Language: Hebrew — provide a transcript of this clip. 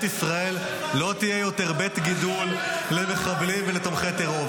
ישראל לא תהיה יותר בית גידול למחבלים ולתומכי טרור.